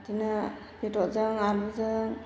बिदिनो बेदरजों आलुजों